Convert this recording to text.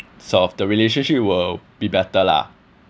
sort of the relationship will be better lah